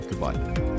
goodbye